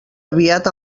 aviat